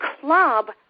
club